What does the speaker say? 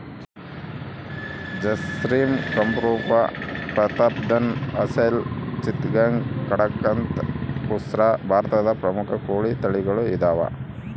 ಜರ್ಸಿಮ್ ಕಂರೂಪ ಪ್ರತಾಪ್ಧನ್ ಅಸೆಲ್ ಚಿತ್ತಗಾಂಗ್ ಕಡಕಂಥ್ ಬುಸ್ರಾ ಭಾರತದ ಪ್ರಮುಖ ಕೋಳಿ ತಳಿಗಳು ಇದಾವ